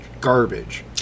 garbage